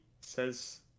says